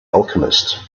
alchemist